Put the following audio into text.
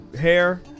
hair